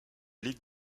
ligue